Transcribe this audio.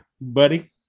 buddy